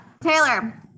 Taylor